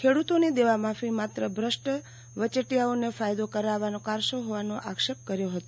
ખેડ્રતોની દેવામાફી માત્ર ભ્રષ્ટ વચેટિયાઓને ફાયદો કરાવવાનો કારસો હોવાનો આક્ષેપ તેમણે કર્યો હતો